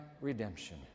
redemption